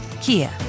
Kia